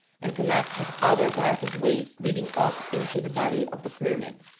and connects with other passage-ways leading up into the body of the pyramid.